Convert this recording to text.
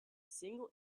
single